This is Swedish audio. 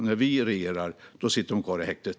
När vi regerar sitter de kvar i häktet.